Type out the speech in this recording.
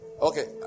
Okay